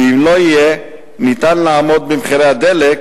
ואם לא יהיה ניתן לעמוד במחירי הדלק